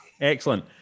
Excellent